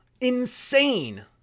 insane